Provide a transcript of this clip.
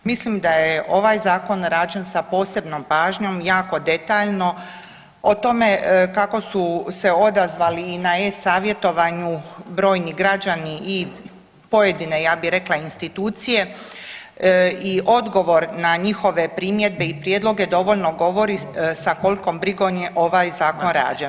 Mislim da je ovaj Zakon rađen sa posebnom pažnjom, jako detaljno, o tome kako su se odazvali i na e-Savjetovanju brojni građani i pojedine, ja bih rekla, institucije, i odgovor na njihove primjedbe i prijedloge dovoljno govori sa kolikom brigom je ovaj Zakon rađen.